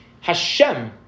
Hashem